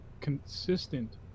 consistent